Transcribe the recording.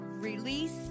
release